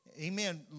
Amen